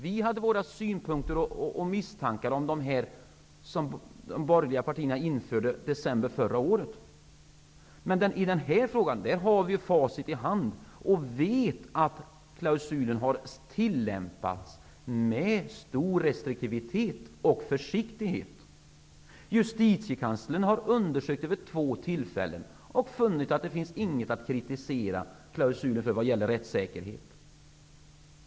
Vi hade våra synpunkter och misstankar om de bestämmelser som de borgerliga partierna införde i december förra året, men i den här frågan har vi facit i hand. Vi vet att klausulen har tillämpats med stor restriktivitet och försiktighet. Justitiekanslern har undersökt den vid två tillfällen och funnit att det inte finns någon anledning att kritisera klausulen ur rättssäkerhetssynpunkt.